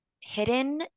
hidden